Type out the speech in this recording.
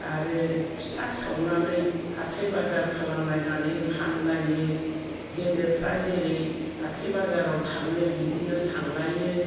आरो फिथा सावनानै हाथाय बाजार खालामलायनानै फानबायो गेदेरफ्रा जेरै हाथाय बाजाराव थाङो बिदिनो थांलायो